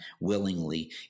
willingly